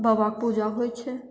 बाबाके पूजा होइ छै